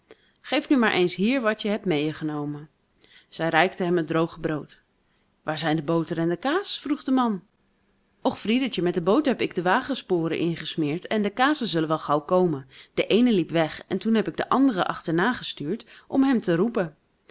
geef nu maar eens hier wat je hebt meêgenomen zij reikte hem het droge brood waar zijn de boter en de kaas vroeg de man och friedertje met de boter heb ik de wagensporen ingesmeerd en de kazen zullen wel gauw komen de eene liep weg en toen heb ik de anderen achterna gestuurd om hem te roepen